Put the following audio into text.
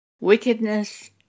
Wickedness